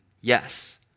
Yes